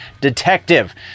detective